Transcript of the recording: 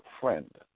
friend